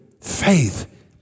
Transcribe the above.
faith